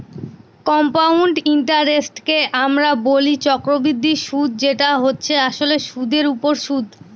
compound ইন্টারেস্টকে আমরা বলি চক্রবৃদ্ধি সুদ যেটা হচ্ছে আসলে সুধের ওপর সুদ